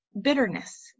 bitterness